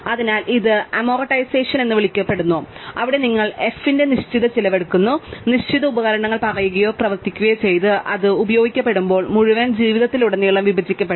അതിനാൽ ഇത് അമോർടൈസേഷൻ എന്ന് വിളിക്കപ്പെടുന്നു അവിടെ നിങ്ങൾ f ന്റെ നിശ്ചിത ചിലവ് എടുക്കുന്നു നിശ്ചിത ഉപകരണങ്ങൾ പറയുകയോ പ്രവർത്തിക്കുകയോ ചെയ്തു അത് ഉപയോഗിക്കപ്പെടുമ്പോൾ മുഴുവൻ ജീവിതത്തിലുടനീളം വിഭജിക്കപ്പെടും